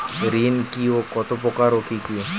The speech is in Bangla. ঋণ কি ও কত প্রকার ও কি কি?